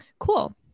cool